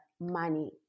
money